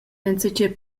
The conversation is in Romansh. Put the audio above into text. enzatgei